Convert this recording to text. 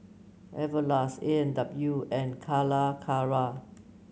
Everlast A and W and Calacara